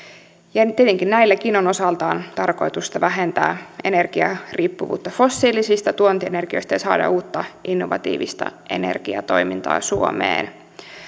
ja tietenkin näilläkin on osaltaan tarkoitus vähentää energiariippuvuutta fossiilisista tuontienergioista ja saada uutta innovatiivista energiatoimintaa suomeen